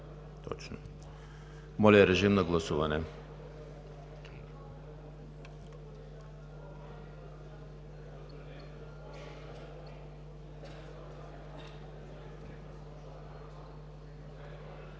Моля, режим на гласуване